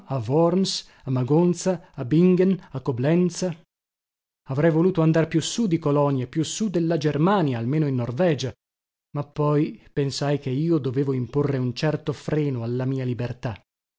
bingen a coblenza avrei voluto andar più sù di colonia più sù della germania almeno in norvegia ma poi pensai che io dovevo imporre un certo freno alla mia libertà